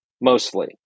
mostly